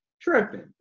tripping